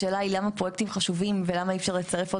השאלה היא למה פרויקטים חשובים ולמה אי אפשר לצרף עוד